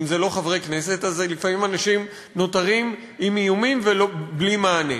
אם זה לא חברי כנסת אז לפעמים אנשים נותרים עם איומים בלי מענה.